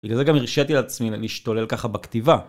בגלל זה גם הרשיתי לעצמי להשתולל ככה בכתיבה.